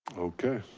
okay.